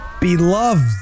Beloved